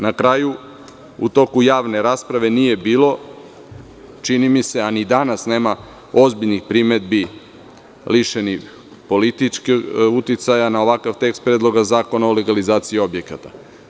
Na kraju, u toku javne rasprave nije bilo, čini mi se, a ni danas nema ozbiljnih primedbi lišenih političkog uticaja na ovakav tekst Predloga zakona o legalizaciji objekata.